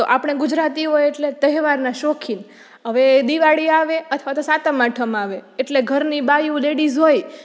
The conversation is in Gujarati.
તો આપણે ગુજરાતી હોઈએ એટલે તહેવારના શોખીન હવે દિવાળી આવે અથવા તો સાતમ આઠમ આવે એટલે ઘરની બાઈઓ લેડિઝ હોય